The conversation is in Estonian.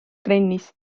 trennis